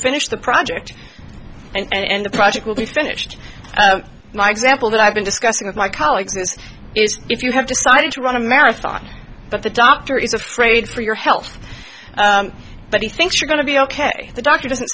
finish the project and the project will be finished my example that i've been discussing with my colleagues is if you have decided to run a marathon but the doctor is afraid for your health but he thinks you're going to be ok the doctor doesn't